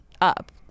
up